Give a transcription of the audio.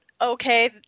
Okay